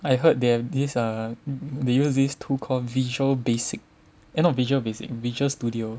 I heard they have this err they use these tool called Visual Basic eh not Visual Basic Visual Studio